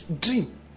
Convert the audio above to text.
dream